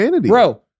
Bro